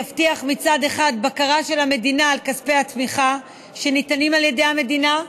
יבטיח מצד אחד בקרה של המדינה על כספי התמיכה שניתנים על ידי המדינה,